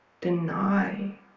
deny